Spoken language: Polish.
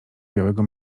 białego